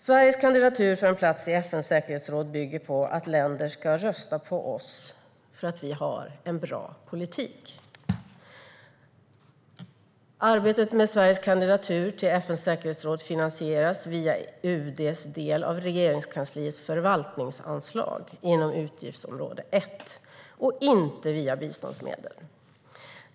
Sveriges kandidatur för en plats i FN:s säkerhetsråd bygger på att länder ska rösta på oss för att vi har en bra politik. Arbetet med Sveriges kandidatur till FN:s säkerhetsråd finansieras via UD:s del av Regeringskansliets förvaltningsanslag inom utgiftsområde 1 och inte via biståndsmedel.